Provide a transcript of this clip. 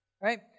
right